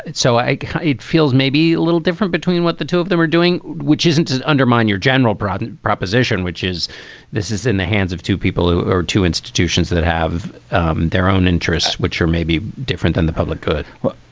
so like it feels maybe a little different between what the two of them were doing, which isn't to undermine your general broad and proposition, which is this is in the hands of two people who are two institutions that have their own interests, which are maybe different than the public. good well,